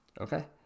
Okay